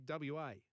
WA